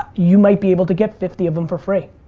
you might be able to get fifty of them for free.